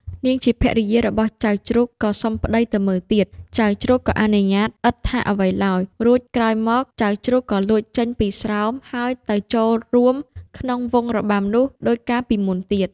នាងជាភរិយារបស់ចៅជ្រូកក៏សុំប្ដីទៅមើលទៀត ចៅជ្រូកក៏អនុញ្ញាឥតថាអ្វីឡើយ រួចក្រោយមកចៅជ្រូកក៏លួចចេញពីស្រោម ហើយទៅចូលរួមក្នុងវង់របាំនោះ ដូចកាលពីមុនទៀត។